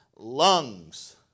Lungs